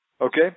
okay